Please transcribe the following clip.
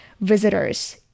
visitors